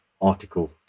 article